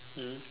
mm